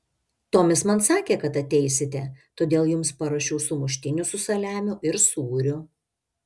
tomis man sakė kad ateisite todėl jums paruošiau sumuštinių su saliamiu ir sūriu